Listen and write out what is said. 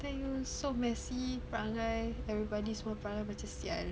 tell you so messy perangai everybody semua perangai macam [sial]